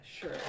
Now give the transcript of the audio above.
sure